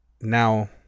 now